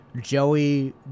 Joey